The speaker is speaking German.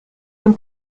dem